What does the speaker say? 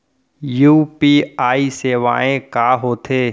UPI सेवाएं का होथे?